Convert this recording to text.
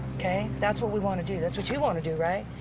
ok? that's what we want to do. that's what you want to do, right?